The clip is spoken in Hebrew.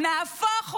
נהפוך הוא.